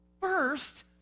first